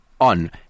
on